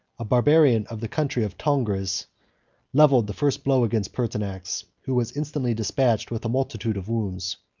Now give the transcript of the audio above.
a barbarian of the country of tongress levelled the first blow against pertinax, who was instantly despatched with a multitude of wounds.